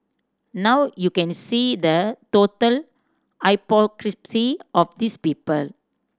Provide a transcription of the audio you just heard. now you can see the total hypocrisy of these people